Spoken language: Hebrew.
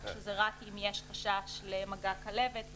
כך שזה רק אם יש חשש למגע כלבת,